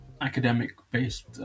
academic-based